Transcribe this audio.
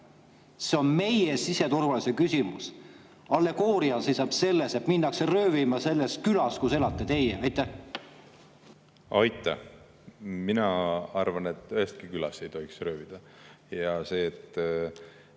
See on meie siseturvalisuse küsimus. Allegooria seisab selles, et minnakse röövima külas, kus elate teie. Aitäh! Mina arvan, et üheski külas ei tohiks röövida.